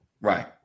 right